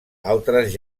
altres